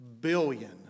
billion